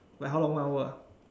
wait how long one hour were